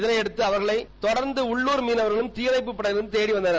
இதையடுத்து அவர்களை தொடர்ந்து உள்ளுர் மீனவர்களும் தீயணைப்புப் படையினரும் தேடிவந்தனர்